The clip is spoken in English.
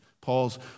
Paul's